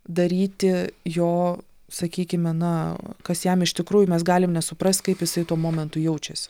daryti jo sakykime na kas jam iš tikrųjų mes galim nesuprast kaip jisai tuo momentu jaučiasi